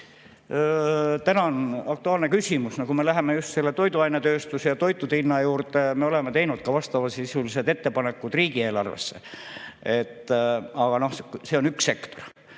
Tänan! Aktuaalne küsimus! No läheme just toiduainetööstuse ja toitude hinna juurde, me oleme teinud ka vastavasisulised ettepanekud riigieelarvesse. Aga see on üks sektor,